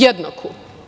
Jednaku.